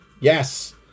Yes